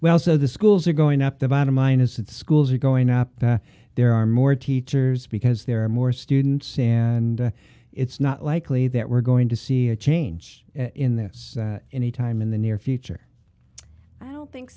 well so the schools are going up the bottom line is that schools are going up that there are more teachers because there are more students and it's not likely that we're going to see a change in this anytime in the near future i don't think